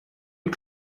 und